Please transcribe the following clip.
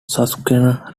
susquehanna